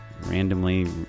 randomly